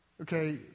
okay